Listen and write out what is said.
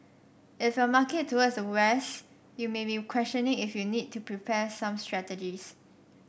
if your market towards the west you may be questioning if you need to prepare some strategies